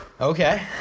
Okay